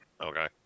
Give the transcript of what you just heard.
Okay